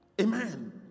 Amen